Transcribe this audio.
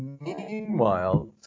Meanwhile